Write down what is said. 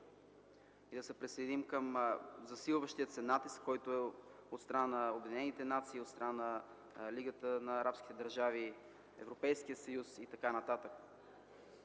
и да не се присъединим към засилващия се натиск от страна на Обединените нации, от страна на Лигата на арабските държави, Европейския съюз и така нататък,